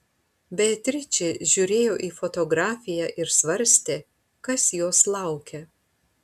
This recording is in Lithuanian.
beatričė žiūrėjo į fotografiją ir svarstė kas jos laukia